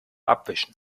abwischen